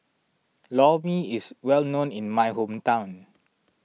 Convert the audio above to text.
Lor Mee is well known in my hometown